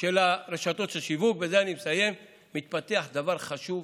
של רשתות השיווק, מתפתח דבר חשוב